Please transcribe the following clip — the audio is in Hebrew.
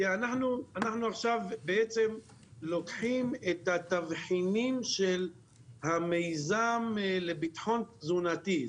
אנחנו עכשיו לוקחים את התבחינים של המיזם לביטחון תזונתי,